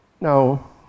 Now